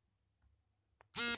ಮೀನುಗಾರರು ಆಂಗ್ಲಿಂಗನ್ನು ಬಳ್ಸತ್ತರೆ